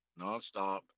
nonstop